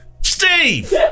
Steve